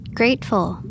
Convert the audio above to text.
grateful